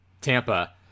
Tampa